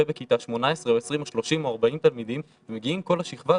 בכיתה 18 או 20 או 30 או 40 תלמידים ומגיעים כל השכבה,